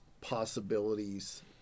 possibilities